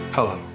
Hello